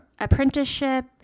apprenticeship